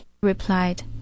replied